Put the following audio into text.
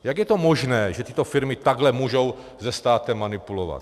Jak je možné, že tyhle firmy takhle můžou se státem manipulovat?